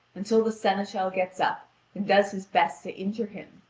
until the seneschal gets up and does his best to injure him,